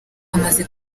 amaze